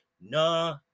Nah